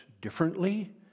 differently